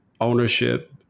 ownership